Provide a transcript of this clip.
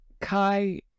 Kai